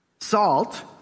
Salt